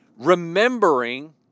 Remembering